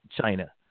China